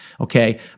Okay